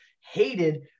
hated